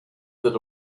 that